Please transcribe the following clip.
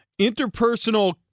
interpersonal